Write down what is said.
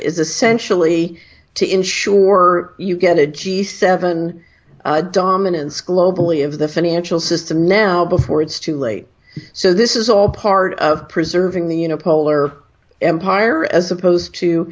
is essentially to ensure you get a g seven dominance globally of the financial system now before it's too late so this is all part of preserving the you know polar empire as opposed to